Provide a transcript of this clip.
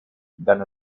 than